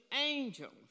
angels